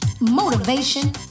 motivation